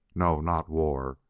no not war!